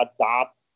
adopt